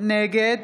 נגד